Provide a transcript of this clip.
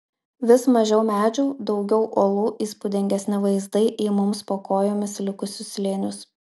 vis mažiau medžių daugiau uolų įspūdingesni vaizdai į mums po kojomis likusius slėnius